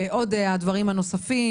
עוד נבקש לשמוע על הדברים הנוספים,